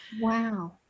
Wow